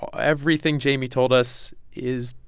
so everything jayme told us is,